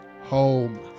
home